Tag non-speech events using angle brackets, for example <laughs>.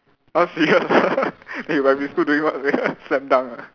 !huh! serious ah <laughs> eh primary school doing what sia slam dunk ah